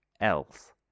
else